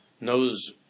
knows